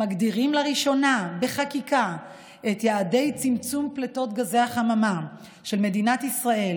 ומגדירים לראשונה בחקיקה את יעדי צמצום פליטות גזי החממה של מדינת ישראל